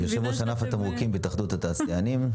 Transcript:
יושב-ראש ענף התמרוקים בהתאחדות התעשיינים,